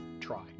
try